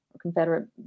Confederate